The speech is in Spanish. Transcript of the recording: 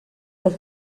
los